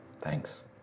Thanks